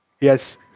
Yes